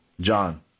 John